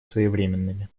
своевременными